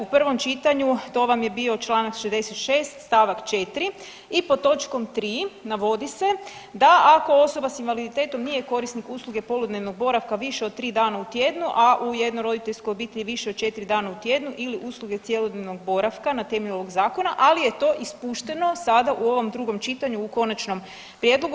U prvom čitanju to vam je bio članak 66. stavak 4. i pod točkom 3. navodi se da ako osoba sa invaliditetom nije korisnik usluge poludnevnog boravka više od tri dana u tjednu, a u jednoj roditeljskoj obitelji više od 4 dana u tjednu ili usluge cjelodnevnog boravka na temelju ovog zakona ali je to ispušteno sada u ovom drugom čitanju u konačnom prijedlogu.